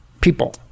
people